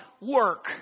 work